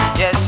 yes